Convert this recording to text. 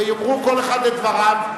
ויאמרו כל אחד את דבריו.